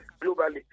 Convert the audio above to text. globally